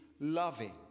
loving